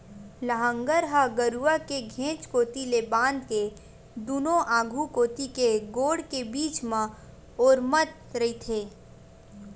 लांहगर ह गरूवा के घेंच कोती ले बांध के दूनों आघू कोती के गोड़ के बीच म ओरमत रहिथे